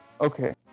Okay